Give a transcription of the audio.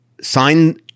sign